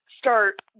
start